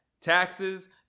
taxes